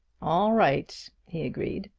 all right! he agreed.